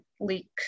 leak